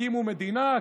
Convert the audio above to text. הקימו מדינה,